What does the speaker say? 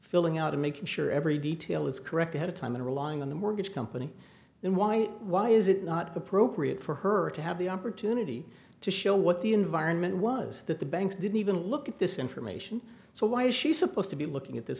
filling out to make sure every detail is correct ahead of time and relying on the mortgage company then why why is it not appropriate for her to have the opportunity to show what the environment was that the banks didn't even look at this information so why is she supposed to be looking at this